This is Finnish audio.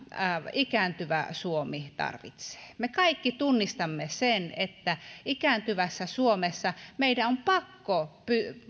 ikääntyvä suomi tarvitsee me kaikki tunnistamme sen että ikääntyvässä suomessa meidän on pakko